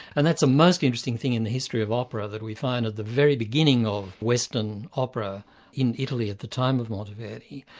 and that's a most interesting thing in the history of opera that we find at the very beginning of western opera in italy at the time of monteverdi,